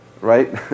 right